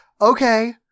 Okay